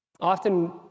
often